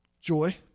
joy